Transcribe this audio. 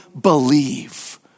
believe